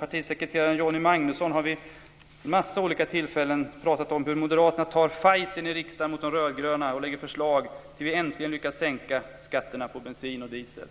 Partisekreteraren Johnny Magnusson har vid en massa olika tillfällen talat om hur Moderaterna tar fighten i riksdagen mot de rödgröna och lägger fram förslag om hur vi äntligen lyckas sänka skatterna på bensin och diesel.